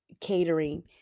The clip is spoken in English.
catering